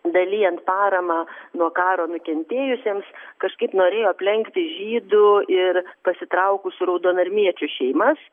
dalijant paramą nuo karo nukentėjusiems kažkaip norėjo aplenkti žydų ir pasitraukusių raudonarmiečių šeimas